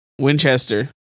Winchester